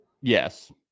Yes